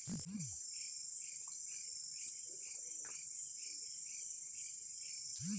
निवेस बैंकिंग हर ओ मइनसे कर कंपनी कर बिसे में बरोबेर जानथे ओकर कारयोजना कर बिसे में जानथे